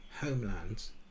homelands